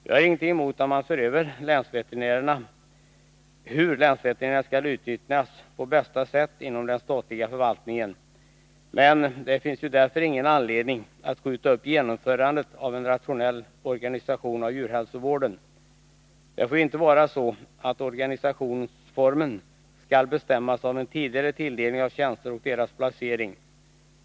Vi har inget emot att man ser över hur länsveterinärerna skall utnyttjas på bästa sätt inom den statliga förvaltningen, men det finns därför ingen anledning att skjuta upp genomförandet av en rationell organisation av djurhälsovården. Det får ju inte vara så att organisationsformen skall bestämmas av en tidigare tilldelning av tjänster och deras placering.